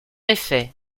effet